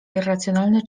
irracjonalne